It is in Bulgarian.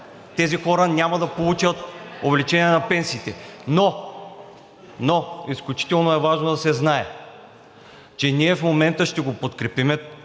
тези хора няма до получат увеличение на пенсиите. Но изключително е важно да се знае, че ние в момента ще подкрепим